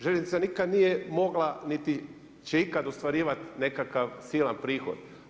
Željeznica nikada nije mogla niti će ikada ostvarivati nekakav silan prihod.